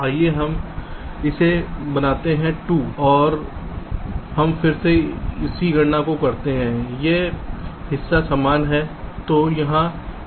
आइए हम इसे बनाते 2 हैं और हम फिर से उसी गणना को करते हैं यह हिस्सा समान है